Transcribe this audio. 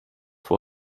for